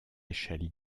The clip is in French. échelle